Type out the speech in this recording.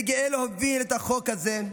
אני גאה להוביל את החוק הזה,